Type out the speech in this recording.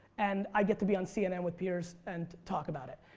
and i get to be on cnn with piers and talk about it.